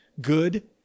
Good